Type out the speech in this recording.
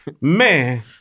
Man